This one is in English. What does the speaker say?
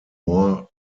more